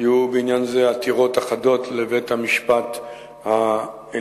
היו בעניין זה עתירות אחדות לבית-המשפט העליון,